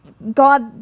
God